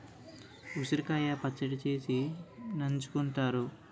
ఉసిరికాయ పచ్చడి చేసి నంచుకుంతారు